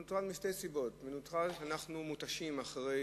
מנוטרל משתי סיבות: מנוטרל כי אנחנו מותשים אחרי